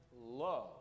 love